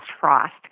frost